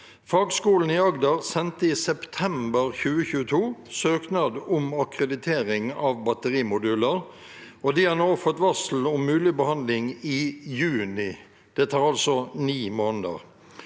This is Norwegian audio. Fagskolen i Agder sendte i september 2022 søknad om akkreditering av batterimoduler. De har nå fått varsel om mulig behandling i juni (tar 9 måneder).